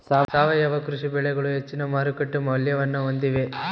ಸಾವಯವ ಕೃಷಿ ಬೆಳೆಗಳು ಹೆಚ್ಚಿನ ಮಾರುಕಟ್ಟೆ ಮೌಲ್ಯವನ್ನ ಹೊಂದಿವೆ